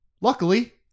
Luckily